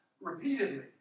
repeatedly